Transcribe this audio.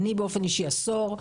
אני באופן אישי עשור,